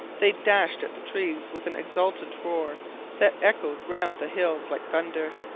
they dashed at the trees with an exultant roar that echoed round the hills like thunder.